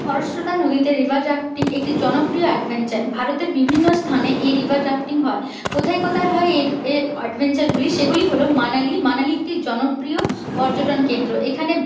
খরস্রোতা নদীতে river rafting একটি জনপ্রিয় অ্যাডভেঞ্চার ভারতের বিভিন্ন স্থানে এই রিভার রাফটিং হয় কোথায় কোথায় হয় এই অ্যাডভেঞ্চারগুলি সেগুলি হল মানালি মানালি একটি জনপ্রিয় পর্যটন কেন্দ্র এখানে